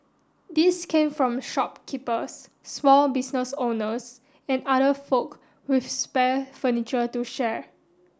these came from shopkeepers small business owners and other folk with spare furniture to share